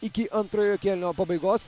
iki antrojo kėlinio pabaigos